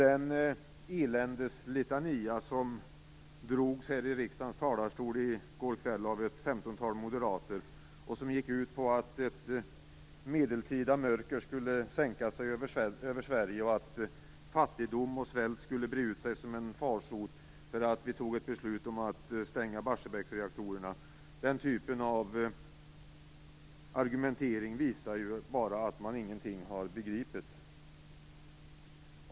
En eländes litania drogs här i riksdagens talarstol i går kväll av ett femtontal moderater. Den gick ut på att ett medeltida mörker skulle sänka sig över Sverige och att fattigdom och svält skulle bre ut sig som en farsot därför att riksdagen fattat ett beslut om att stänga Barsebäcksreaktorerna. Den argumenteringen visar ju bara att de ingenting har begripit.